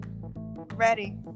Ready